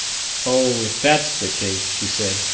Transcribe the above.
oh, if that's the case. she said.